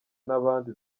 n’abandi